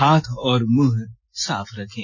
हाथ और मुंह साफ रखें